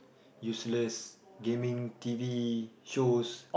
useless gaming t_v shows